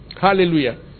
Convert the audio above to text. Hallelujah